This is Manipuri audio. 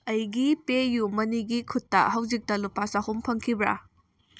ꯑꯩꯒꯤ ꯄꯦꯌꯨ ꯃꯅꯤꯒꯤ ꯈꯨꯠꯇ ꯍꯧꯖꯤꯛꯇ ꯂꯨꯄꯥ ꯆꯍꯨꯝ ꯐꯪꯈꯤꯕ꯭ꯔ